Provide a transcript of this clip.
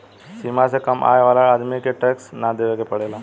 सीमा से कम आय वाला आदमी के टैक्स ना देवेके पड़ेला